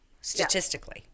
statistically